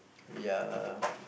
we are